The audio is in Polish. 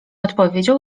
odpowiedział